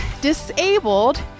disabled